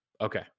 Okay